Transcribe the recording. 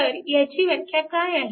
तर ह्याची व्याख्या काय आहे